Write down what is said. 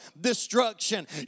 destruction